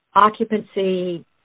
occupancy